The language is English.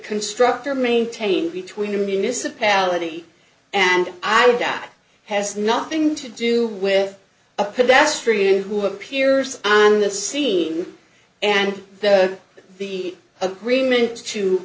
constructor maintained between a municipality and i'm down has nothing to do with a pedestrian who appears on the scene and the agreements to